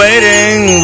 Waiting